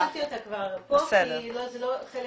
לא דיברתי עליה כי זה לא חלק